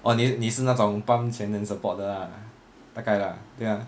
oh 你你是那种 pump 钱 support 的 lah 大概 lah 对吗